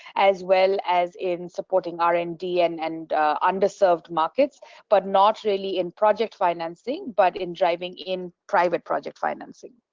as well as in supporting r and d and and underserved markets but not really in project financing but in driving in private project financing.